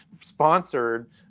sponsored